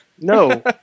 No